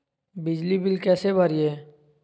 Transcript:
बिजली बिल कैसे भरिए?